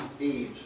age